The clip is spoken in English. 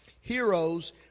Heroes